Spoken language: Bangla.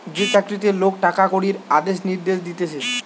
যে চাকরিতে লোক টাকা কড়ির আদেশ নির্দেশ দিতেছে